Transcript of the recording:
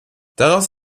daraus